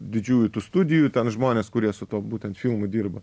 didžiųjų tų studijų ten žmonės kurie su tuo būtent filmu dirba